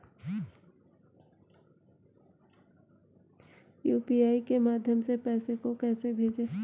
UPI के माध्यम से पैसे को कैसे भेजें?